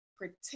protect